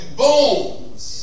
bones